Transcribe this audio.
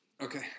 Okay